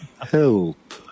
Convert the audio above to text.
help